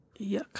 Yuck